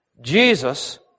Jesus